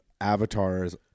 avatars